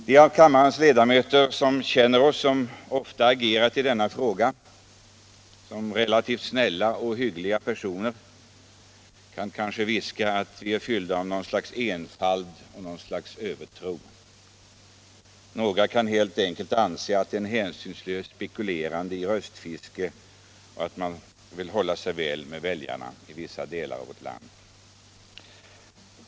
De av kammarens ledamöter, som känner oss som ofta agerat i denna fråga såsom relativt snälla och hyggliga personer, kan kanske viska att vi är fyllda av något slags enfald och övertro. Några kan helt enkelt anse att det är fråga om ett hänsynslöst spekulerande i röstfiske och om att hålla sig väl med väljarna i vissa delar av landet.